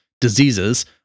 diseases